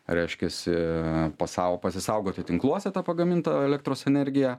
reiškiasi pasau pasisaugoti tinkluose tą pagamintą elektros energiją